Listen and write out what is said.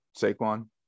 Saquon